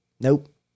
Nope